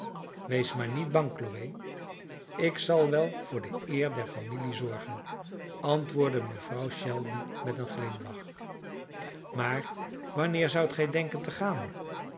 wees maar niet bang chloe ik zal wel voor de eer der familie zorgen antwoordde mevrouw shelby met een glimlach maar wanneer zoudt gij denken te gaan